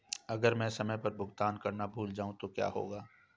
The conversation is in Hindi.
अगर मैं समय पर भुगतान करना भूल जाऊं तो क्या होगा?